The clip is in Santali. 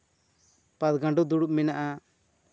ᱯᱟᱴᱜᱟᱸᱰᱳ ᱫᱩᱲᱩᱵᱽ ᱢᱮᱱᱟᱜᱼᱟ